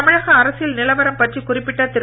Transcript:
தமிழக அரசியல் நிலவரம் பற்றி குறிப்பிட்ட திரு